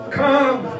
come